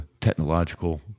technological